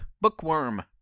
bookworm